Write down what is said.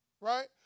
Right